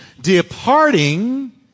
departing